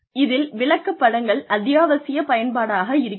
இதில் விளக்க படங்கள் அத்தியாவசிய பயன்பாடாக இருக்கிறது